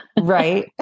right